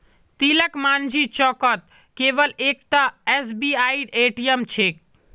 तिलकमाझी चौकत केवल एकता एसबीआईर ए.टी.एम छेक